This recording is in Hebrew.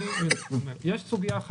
בזה עוסקת רשות המיסים.